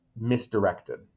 misdirected